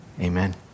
amen